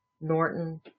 Norton